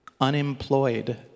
unemployed